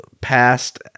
passed